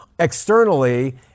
Externally